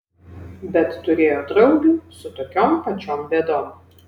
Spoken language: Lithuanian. bet turėjo draugių su tokiom pačiom bėdom